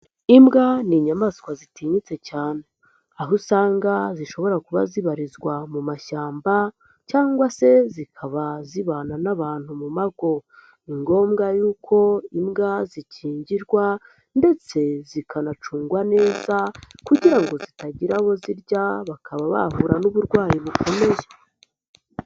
Imbwa ni inyamaswa zitinyitse cyane. Aho usanga zishobora kuba zibarizwa mu mashyamba cyangwa se zikaba zibana n'abantu mu mago. Ni ngombwa yuko imbwa zikingirwa ndetse zikanacungwa neza kugira ngo zitagira abo zirya bakaba bahura n'uburwayi bukomeye.